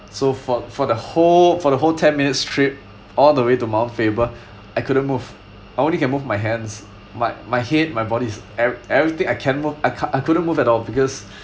so for for the whole for the whole ten minutes straight all the way to mount faber I couldn't move I only can move my hands my my head my body is e~ everything I can't move I c~ I couldn't move at all because